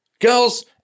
girls